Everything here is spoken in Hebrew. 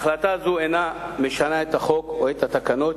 החלטה זו אינה משנה את החוק או את התקנות,